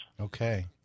Okay